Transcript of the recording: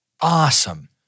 awesome